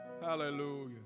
Hallelujah